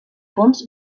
fons